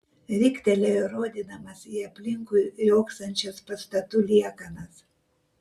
riktelėjo rodydamas į aplinkui riogsančias pastatų liekanas